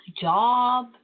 job